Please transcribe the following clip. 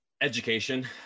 Education